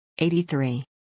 83